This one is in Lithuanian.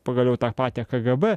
pagaliau tą patį kgb